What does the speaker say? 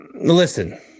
listen